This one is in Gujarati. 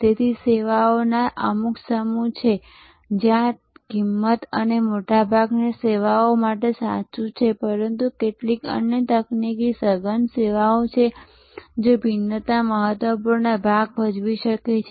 તેથી સેવાઓના અમુક સમૂહ છે જ્યાં કિંમત અને આ મોટાભાગની સેવાઓ માટે સાચું છે પરંતુ કેટલીક અન્ય તકનીકી સઘન સેવાઓ છે જો ભિન્નતા મહત્વપૂર્ણ ભાગ ભજવી શકે છે